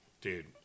Dude